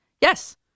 Yes